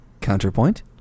Counterpoint